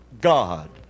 God